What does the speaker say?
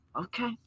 okay